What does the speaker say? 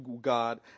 God